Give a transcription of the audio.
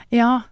ja